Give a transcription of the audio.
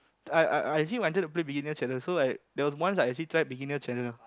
I I I actually wanted to play beginner channel so I there was once I actually tried beginner channel